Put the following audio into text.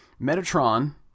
Metatron